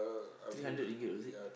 three hundred ringgit was it